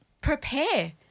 prepare